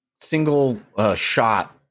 single-shot